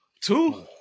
Two